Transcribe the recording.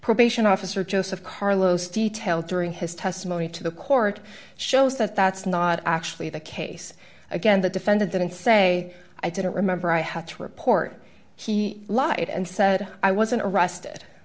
probation officer joseph carlos details during his testimony to the court shows that that's not actually the case again the defendant didn't say i didn't remember i had to report he lied and said i wasn't arrested